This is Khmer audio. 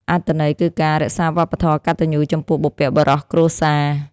អត្ថន័យគឺការរក្សាវប្បធម៌កតញ្ញូចំពោះបុព្វបុរសគ្រួសារ។